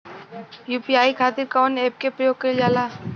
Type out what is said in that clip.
UPI खातीर कवन ऐपके प्रयोग कइलजाला?